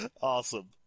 Awesome